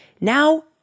now